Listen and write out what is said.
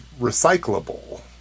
recyclable